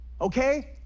Okay